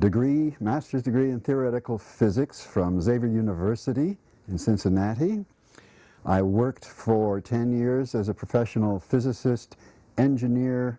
degree a master's degree in theoretical physics from xavier university in cincinnati i worked for ten years as a professional physicist engineer